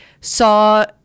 saw